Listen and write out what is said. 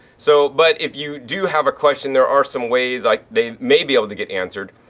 so, but if you do have a question there are some ways like they may be able to get answered.